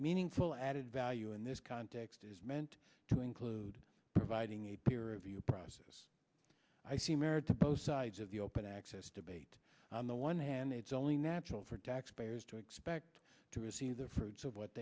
meaningful added value in this context is meant to include providing a peer review process i see merit to both sides of the open access debate on the one hand it's only natural for taxpayers to expect to receive the fruits of what